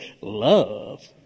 love